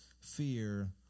fear